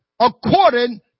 according